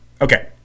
okay